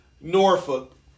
Norfolk